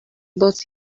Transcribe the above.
but